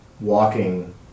walking